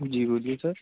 جی بولیے سر